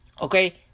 Okay